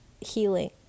healing